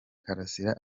karasira